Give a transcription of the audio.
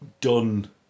done